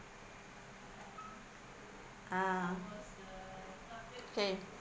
uh okay